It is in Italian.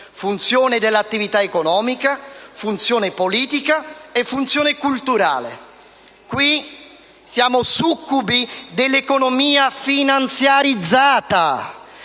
funzione dell'attività economica, funzione politica e funzione culturale. Qui siamo succubi dell'economia finanziarizzata,